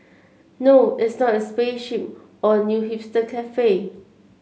no it's not a spaceship or a new hipster cafe